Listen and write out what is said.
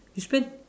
you spend